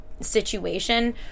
situation